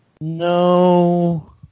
No